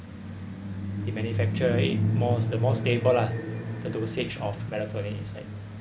they manufacture it more the more stable lah the dosage of melatonin inside